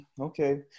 okay